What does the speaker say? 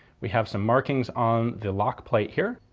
we have some markings on the lock plate here,